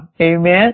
Amen